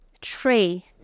Tree